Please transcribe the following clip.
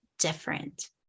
different